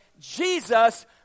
Jesus